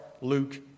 Luke